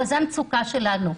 אבל זאת המצוקה שלנו.